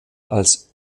als